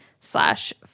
slash